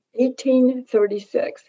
1836